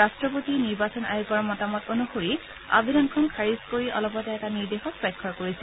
ৰাট্টপতিয়ে নিৰ্বাচন আয়োগৰ মতামত অনুসৰি আবেদনখন খাৰিজ কৰি অলপতে এটা নিৰ্দেশত স্বাক্ষৰ কৰিছে